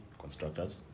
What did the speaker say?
constructors